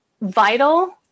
vital